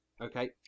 Okay